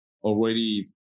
already